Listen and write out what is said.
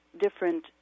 different